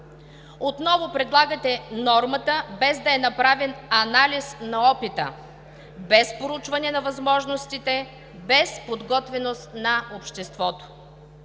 Отново предлагате нормата, без да е направен анализ на опита, без проучване на възможностите, без подготвеност на обществото.